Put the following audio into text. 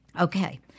Okay